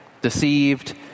deceived